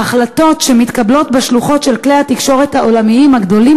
ההחלטות שמתקבלות בשלוחות של כלי התקשורת העולמיים הגדולים